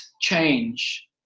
change